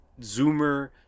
Zoomer